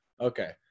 okay